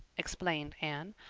explained anne,